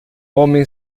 homem